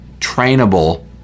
trainable